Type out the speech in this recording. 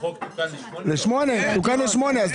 קטן (ג) להגדרה החלק המוטב של השבח הריאלי עד יום